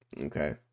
Okay